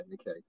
okay